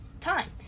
time